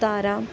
सतारां